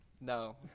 No